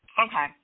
Okay